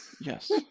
Yes